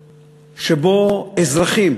שאזרחים,